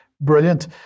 Brilliant